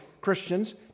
Christians